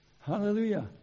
Hallelujah